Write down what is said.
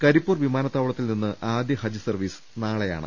കരിപ്പൂർ വിമാനത്താവളത്തിൽ നിന്ന് ആദ്യ ഹജ്ജ് സർവീസ് നാളെയാണ്